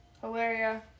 Hilaria